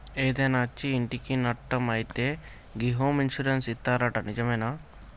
ఏదైనా అచ్చి ఇంటికి నట్టం అయితే గి హోమ్ ఇన్సూరెన్స్ ఇత్తరట నిజమేనా